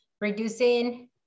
reducing